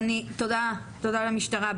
תודה למשטרה.